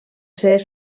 ser